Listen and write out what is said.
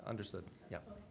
understood yeah